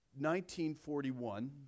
1941